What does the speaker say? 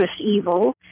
evil